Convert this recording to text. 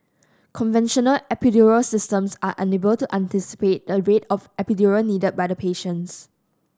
conventional epidural systems are unable to anticipate the rate of epidural needed by the patients